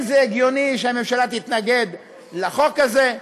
זה לא הגיוני שהממשלה תתנגד לחוק הזה.